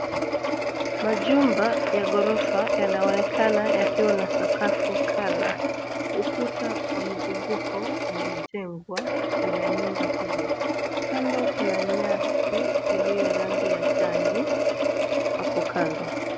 Majumba ya ghorofa yanaonekana yakiwa na sakafu kadhaa. Ukuta wa mzunguko umejengwa kwenye nyumba hizi. Kando kuna nyasi iliyo rangi ya jani hapo kando.